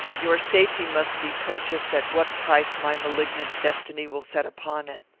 your safety must be purchased at what price my malignant destiny will set upon it.